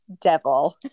devil